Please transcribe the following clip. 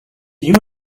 you